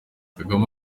kagame